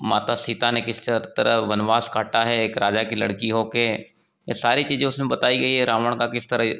माता सीता ने किस तरा वनवास काटा है एक राजा की लड़की हो कर यह सारी चीज़ें उसमें बताई गई है रावण का किस तरह